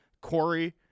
Corey